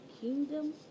Kingdom